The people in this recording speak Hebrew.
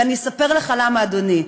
ואני אספר לך למה, אדוני.